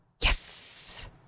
Yes